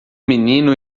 menino